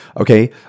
Okay